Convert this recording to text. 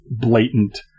blatant